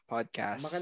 Podcast